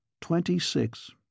Twenty-six